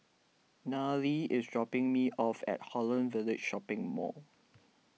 Nayely is dropping me off at Holland Village Shopping Mall